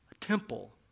temple